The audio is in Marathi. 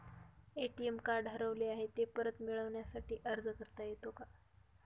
ए.टी.एम कार्ड हरवले आहे, ते परत मिळण्यासाठी अर्ज करता येतो का?